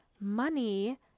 money